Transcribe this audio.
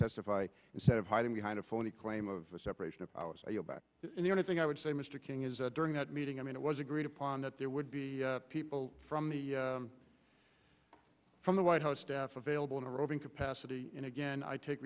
testify instead of hiding behind a phony claim of separation of powers about the only thing i would say mr king is that during that meeting i mean it was agreed upon that there would be people from the from the white house staff available in a roving capacity and again i take